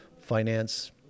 finance